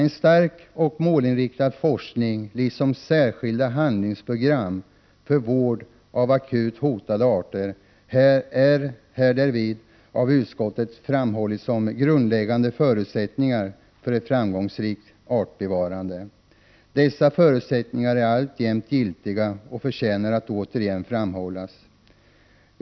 En stark och målinriktad forskning, liksom särskilda handlingsprogram för vård av akut hotade arter, har därvid av utskottet framhållits som grundläggande förutsättningar för ett framgångsrikt artbevarande. Dessa förutsättningar är alltjämt giltiga och förtjänar att återigen framhållas.